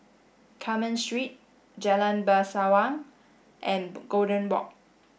Carmen Street Jalan Bangsawan and Golden Walk